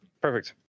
Perfect